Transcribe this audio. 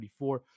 44